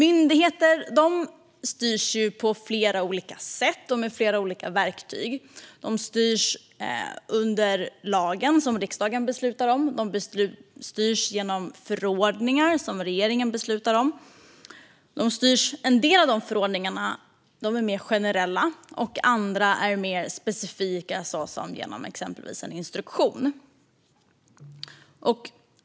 Myndigheter styrs på flera olika sätt och med flera olika verktyg. De styrs under lagen, som riksdagen beslutar om, och de styrs genom förordningar, som regeringen beslutar om. En del av förordningarna är mer generella, och andra är mer specifika, till exempel med en instruktion.